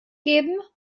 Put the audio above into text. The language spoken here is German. geben